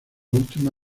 última